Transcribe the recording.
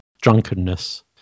drunkenness